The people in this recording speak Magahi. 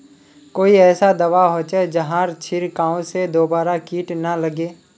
कोई ऐसा दवा होचे जहार छीरकाओ से दोबारा किट ना लगे?